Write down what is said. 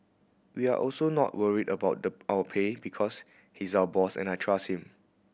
we are also not worried about the our pay because he's our boss and I trust him